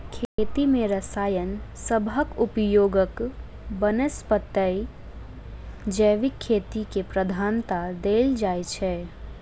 खेती मे रसायन सबहक उपयोगक बनस्पैत जैविक खेती केँ प्रधानता देल जाइ छै